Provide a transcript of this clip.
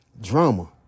drama